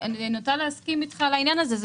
אני נוטה להסכים אתך בעניין הזה.